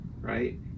right